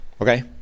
okay